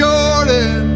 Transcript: Jordan